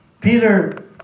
Peter